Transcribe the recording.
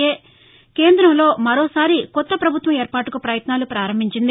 ఏ కేందంలో మరోసారి కొత్త ప్రభుత్వం ఏర్పాటుకు ప్రయత్నాలు ప్రారంభించింది